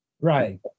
right